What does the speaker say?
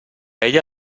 ella